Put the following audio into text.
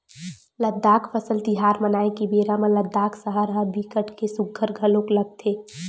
लद्दाख फसल तिहार मनाए के बेरा म लद्दाख सहर ह बिकट के सुग्घर घलोक लगथे